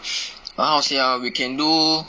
how to say ah we can do